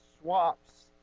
swaps